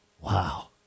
Wow